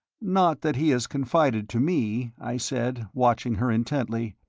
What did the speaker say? not that he has confided to me, i said, watching her intently.